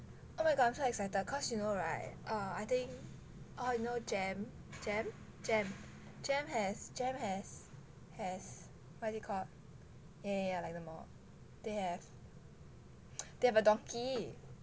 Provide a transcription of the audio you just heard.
oh my god I'm so excited cause you know [right] uh I think uh you know JEM JEM JEM JEM has JEM has has what do you call yeah yeah like the mall they have they have a Donki